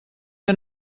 que